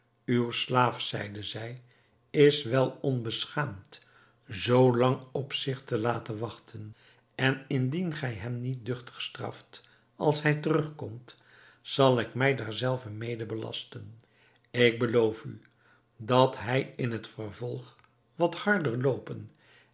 uw slaaf zeide zij is wel onbeschaamd zoo lang op zich te laten wachten en indien gij hem niet duchtig straft als hij terugkomt zal ik mij daar zelve mede belasten ik beloof u dat hij in het vervolg wat harder loopen